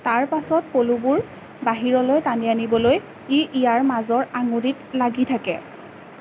তাৰ পাছত পলুবোৰ বাহিৰলৈ টানি আনিবলৈ ই ইয়াৰ মাজৰ আঙুলিত লাগি থাকে